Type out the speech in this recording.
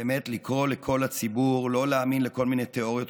ולקרוא לכל הציבור לא להאמין לכל מיני תיאוריות